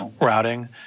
routing